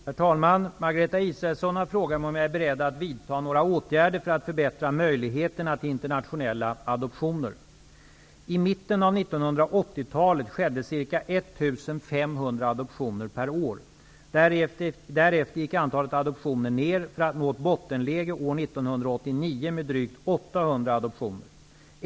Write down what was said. Herr talman! Margareta Israelsson har frågat mig om jag är beredd att vidta några åtgärder för att förbättra möjligheterna till internationella adoptioner. I mitten av 1980-talet skedde ca 1 500 adoptioner per år. Därefter gick antalet adoptioner ner, för att nå ett bottenläge år 1989 med drygt 800 adoptioner.